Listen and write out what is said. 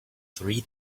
three